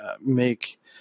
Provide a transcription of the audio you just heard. make